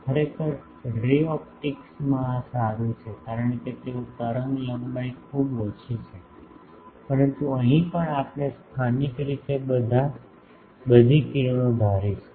ખરેખર રે ઓપ્ટિક્સમાં આ સારું છે કારણ કે તેઓ તરંગ લંબાઈ ખૂબ ઓછી છે પરંતુ અહીં પણ આપણે સ્થાનિક રીતે બધી કિરણો ધારીશુ